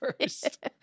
first